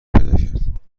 پیداکرد